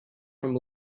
from